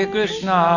Krishna